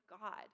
God